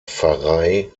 pfarrei